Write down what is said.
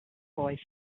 boy